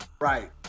Right